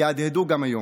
יהדהדו גם היום: